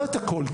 לא את הכול,